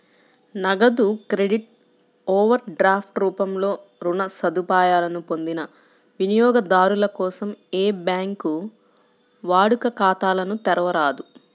నగదు credit, overdraft రూపంలో రుణ సదుపాయాలను పొందిన వినియోగదారుల కోసం ఏ బ్యాంకూ వాడుక ఖాతాలను తెరవరాదు